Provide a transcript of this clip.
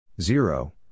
zero